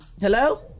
Hello